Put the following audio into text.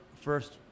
first